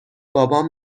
بابام